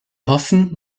hoffen